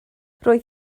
roedd